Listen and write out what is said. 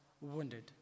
wounded